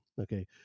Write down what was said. Okay